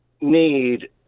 need